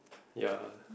ya